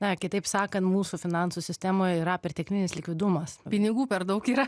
na kitaip sakant mūsų finansų sistemoj yra perteklinis likvidumas pinigų per daug yra